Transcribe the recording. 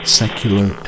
secular